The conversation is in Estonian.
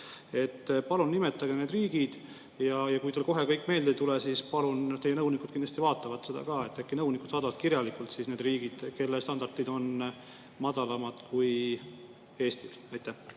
Palun nimetage need riigid. Kui kohe kõik meelde ei tule, siis palun – teie nõunikud kindlasti vaatavad seda –, äkki nõunikud saadavad kirjalikult need riigid, kelle standardid on madalamad kui Eestil. Aitäh!